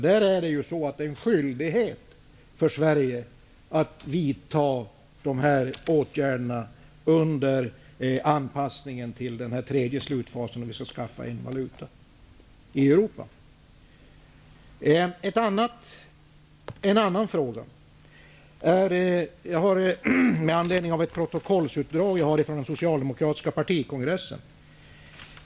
Enligt det skulle det vara en skyldighet för Sverige att vidta dessa åtgärder under anpassningen till den tredje slutfasen, då Europa skall ha en enda valuta. Jag har en annan fråga med anledning av ett protokollsutdrag från den socialdemokratiska partikongressen.